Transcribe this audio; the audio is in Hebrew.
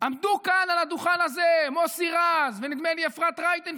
עמדו כאן על הדוכן הזה מוסי רז ונדמה לי אפרת רייטן,